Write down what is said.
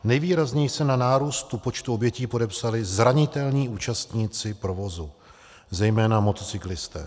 Nejvýrazněji se na nárůstu počtu obětí podepsali zranitelní účastníci provozu, zejména motocyklisté.